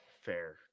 fair